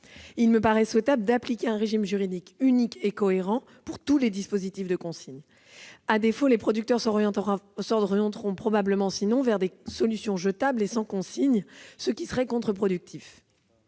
Il me paraît souhaitable d'appliquer un régime juridique unique et cohérent pour tous les dispositifs de consigne. À défaut, les producteurs s'orienteront vers des solutions jetables et sans consigne, ce qui serait contre-productif.